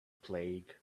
plague